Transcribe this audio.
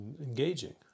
engaging